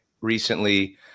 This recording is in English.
recently